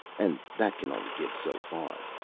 and that can only give so far.